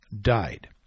died